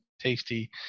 tasty